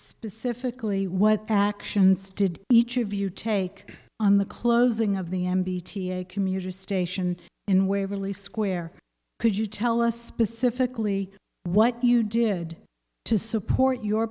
specifically what actions did each of you take on the closing of the m b t a commuter station in waverly square could you tell us specifically what you did to support your